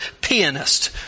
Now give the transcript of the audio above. pianist